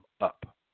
up